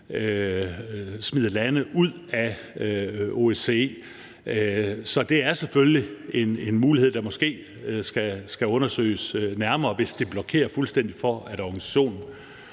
smide lande ud af OSCE. Så det er selvfølgelig en mulighed, der måske skal undersøges nærmere, hvis det blokerer fuldstændig for, at organisationen